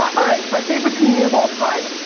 um alright, my favorite comedian of all time.